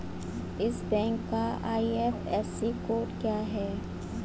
इस बैंक का IFSC code क्या है?